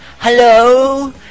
Hello